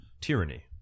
tyranny